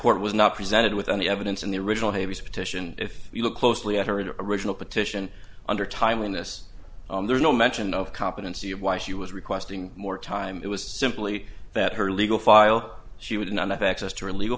court was not presented with any evidence in the original his petition if you look closely at her original petition under timeliness there's no mention of competency of why she was requesting more time it was simply that her legal file she would not have access to a legal